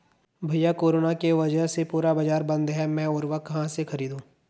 भैया कोरोना के वजह से पूरा बाजार बंद है मैं उर्वक कहां से खरीदू?